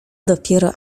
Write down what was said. dopiero